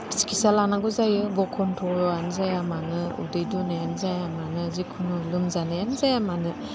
सिखिसा लानांगौ जायो बखनथ'आनो जायामानो उदै दुनायानो जाया मानो जिखुनु लोमजानायानो जाया मानो